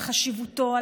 על חשיבותו,